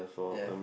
ya